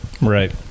right